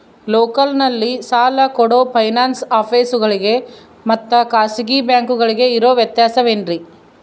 ಲೋಕಲ್ನಲ್ಲಿ ಸಾಲ ಕೊಡೋ ಫೈನಾನ್ಸ್ ಆಫೇಸುಗಳಿಗೆ ಮತ್ತಾ ಖಾಸಗಿ ಬ್ಯಾಂಕುಗಳಿಗೆ ಇರೋ ವ್ಯತ್ಯಾಸವೇನ್ರಿ?